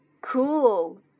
Cool